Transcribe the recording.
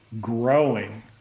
growing